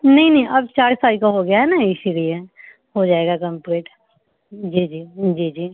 नहीं नहीं अब चार साल का हो गया है ना इसी लिए हो जाएगा कम्पलीट जी जी जी जी